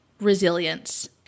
resilience